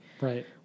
Right